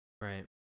Right